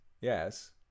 Yes